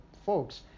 folks